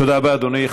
תודה רבה, אדוני.